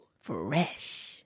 Fresh